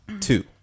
two